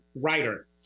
writer